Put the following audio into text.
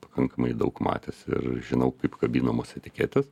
pakankamai daug matęs ir žinau kaip kabinamos etiketės